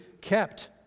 kept